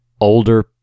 older